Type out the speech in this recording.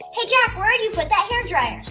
hey jack, where'd you put that hairdryer?